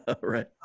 Right